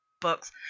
books